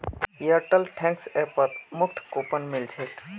Airtel thanks ऐपत मुफ्त coupon मिल छेक